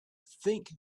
think